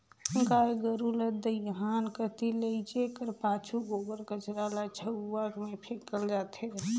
गाय गरू ल दईहान कती लेइजे कर पाछू गोबर कचरा ल झउहा मे फेकल जाथे